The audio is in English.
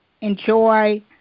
enjoy